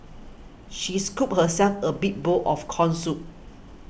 she scooped herself a big bowl of Corn Soup